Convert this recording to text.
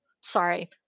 sorry